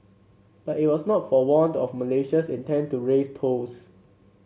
but it was not forewarned of Malaysia's intent to raise tolls